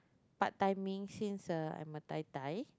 part timing since uh I'm a tai-tai